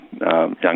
Young